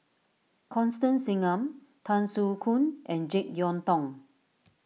Constance Singam Tan Soo Khoon and Jek Yeun Thong